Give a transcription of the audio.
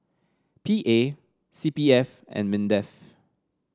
P A C P F and Mindef